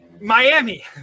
Miami